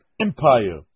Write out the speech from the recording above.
empire